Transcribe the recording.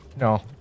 No